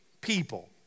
people